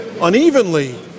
Unevenly